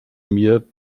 mir